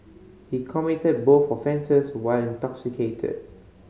he committed both offences while intoxicated